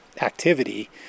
activity